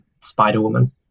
Spider-Woman